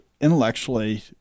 intellectually